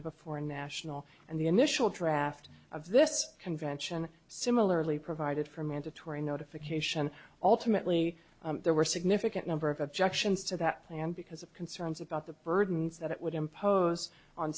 of a foreign national and the initial draft of this convention similarly provided for mandatory notification ultimately there were significant number of objections to that plan because of concerns about the burdens that it would impose on